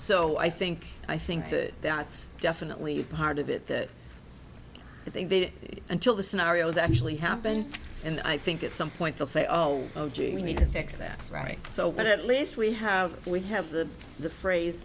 so i think i think that that's definitely part of it that they did it until the scenarios actually happened and i think at some point they'll say oh oh oh gee we need to fix that right so that at least we have we have the the phrase